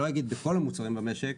לא אגיד שבכל המוצרים במקש,